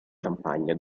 campagna